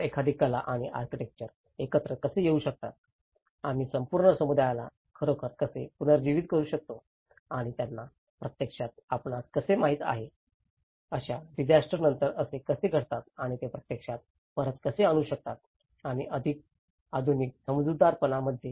तर एखादी कला आणि आर्किटेक्चर एकत्र कसे येऊ शकतात आम्ही संपूर्ण समुदायाला खरोखर कसे पुनरुज्जीवित करू शकतो आणि त्यांना प्रत्यक्षात आपणास कसे माहित आहे अशा डिजास्टरनंतर असे कसे घडतात आणि ते प्रत्यक्षात परत कसे आणू शकतात आणि अधिक आधुनिक समजूतदारपणा मध्ये